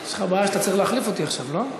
יש לך בעיה שאתה צריך להחליף אותי עכשיו, לא?